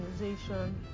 organization